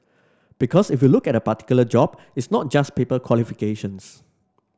because if you look at particular job it's not just paper qualifications